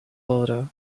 order